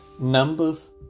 Numbers